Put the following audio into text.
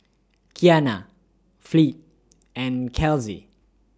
Kianna Fleet and Kelsey